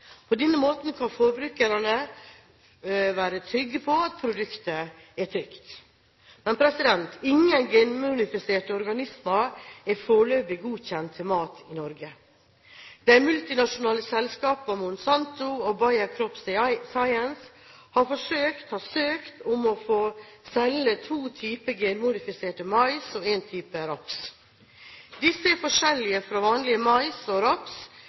På denne måten kan forbrukerne være trygge på at produktet er trygt. Ingen genmodifiserte organismer er foreløpig godkjent til mat i Norge. De multinasjonale selskapene Monsanto og Bayer CropScience har søkt om å få selge to typer genmodifisert mais og en type raps. Disse er forskjellige fra vanlig mais og raps